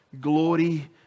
Glory